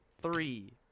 Three